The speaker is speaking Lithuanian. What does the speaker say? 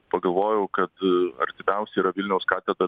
pagalvojau kad e artimiausia yra vilniaus katedra